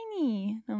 tiny